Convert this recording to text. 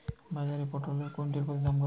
বাজারে পটল এর কুইন্টাল প্রতি দাম কত?